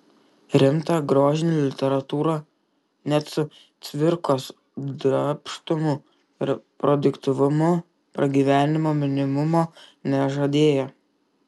rimta grožinė literatūra net su cvirkos darbštumu ir produktyvumu pragyvenimo minimumo nežadėjo